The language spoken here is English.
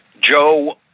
Joe